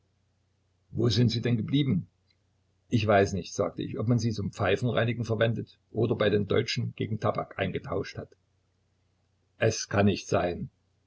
wo sind sie denn geblieben ich weiß nicht sagte ich ob man sie zum pfeifenreinigen verwendet oder bei den deutschen gegen tabak eingetauscht hat es kann nicht sein